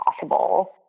possible